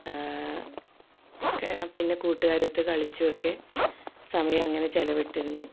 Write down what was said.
പിന്നെ കൂട്ടുകാരൊത്ത് കളിച്ചുവൊക്കെ സമയം അങ്ങനെ ചിലവിട്ടിരുന്നു